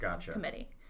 committee